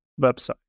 website